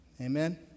Amen